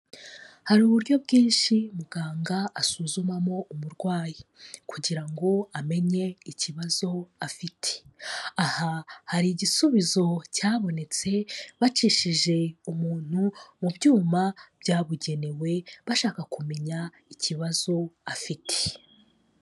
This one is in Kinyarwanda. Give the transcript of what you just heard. Hari uburyo bwinshi muganga asuzumamo umurwayi kugira ngo amenye ikibazo afite, aha hari igisubizo cyabonetse bacishije umuntu mu byuma byabugenewe bashaka kumenya ikibazo afite.